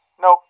Nope